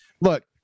look